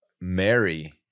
Mary